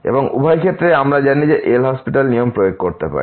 এবং উভয় ক্ষেত্রেই আমরা জানি যে আমরা LHospital নিয়ম প্রয়োগ করতে পারি